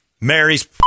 Mary's